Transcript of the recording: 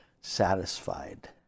satisfied